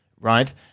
right